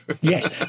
Yes